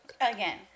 Again